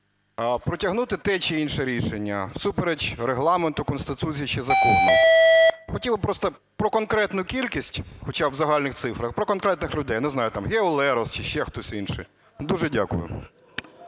протягнути те чи інше рішення всупереч Регламенту, Конституції чи закону? Хотів би просто про конкретну кількість, хоча б у загальних цифрах, про конкретних людей, не знаю, там Гео Лерос чи ще хтось інший? Дуже дякую.